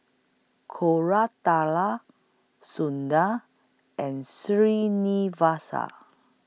Koratala Sundar and Srinivasa